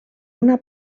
una